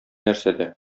нәрсәдә